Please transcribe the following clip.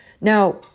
Now